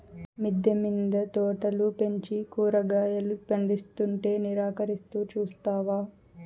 మిద్దె మింద తోటలు పెంచి కూరగాయలు పందిస్తుంటే నిరాకరిస్తూ చూస్తావా